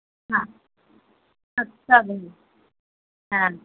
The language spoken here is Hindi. सब है हाँ